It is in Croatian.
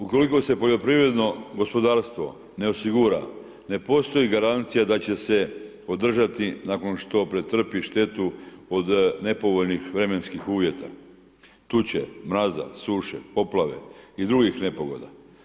Ukoliko se poljoprivredno gospodarstva ne osigura ne postoji garancija da će se održati nakon što pretrpi štetu od nepovoljnih vremenskih uvjeta, tuče, mraza, suše, poplave i dr. nepogoda.